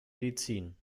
medizin